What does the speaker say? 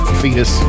fetus